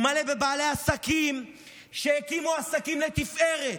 הוא מלא בבעלי עסקים שהקימו עסקים לתפארת,